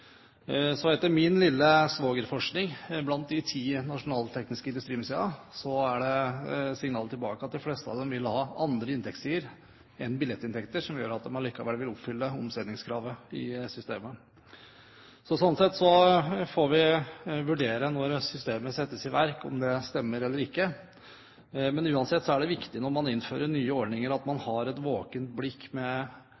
Så etter min lille svogerforskning blant de ti nasjonale tekniske industrimuseene er det signaler tilbake om at de fleste av dem vil ha andre inntektssider enn billetter som gjør at de allikevel vil oppfylle omsetningskravet i systemet. Sånn sett får vi når systemet settes i verk, vurdere om det stemmer eller ikke. Men når man innfører nye ordninger, er det uansett viktig at man har et våkent blikk for hvordan det slår ut når man